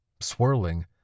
swirling